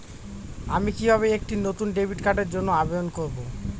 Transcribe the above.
আমি কিভাবে একটি নতুন ডেবিট কার্ডের জন্য আবেদন করব?